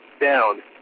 down